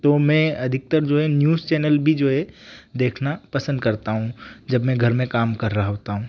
तो मैं अधिकतर जो है न्यूज़ चैनल भी जो है देखना पसंद करता हूँ जब मैं घर में काम कर रहा होता हूँ